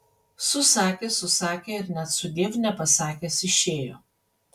susakė susakė ir net sudiev nepasakęs išėjo